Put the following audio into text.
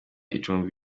icumbi